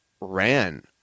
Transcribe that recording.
ran